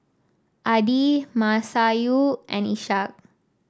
Adi Masayu and Ishak